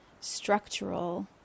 structural